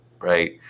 right